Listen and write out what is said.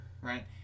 Right